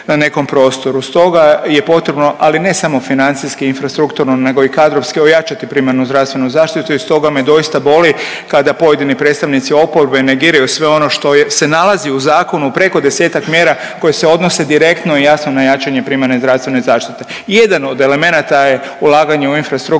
na nekom prostoru. Stoga je potrebno, ali ne samo financijski, infrastrukturno, nego i kadrovski ojačati primarnu zdravstvenu zaštitu i stoga me doista boli kada pojedini predstavnici oporbe negiraju sve ono što se nalazi u zakonu, preko 10-ak mjera koje se odnose direktno i jasno na jačanje primarne zdravstvene zaštite. Jedan od elemenata je ulaganja u infrastrukturne